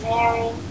Mary